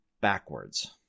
backwards